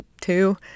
two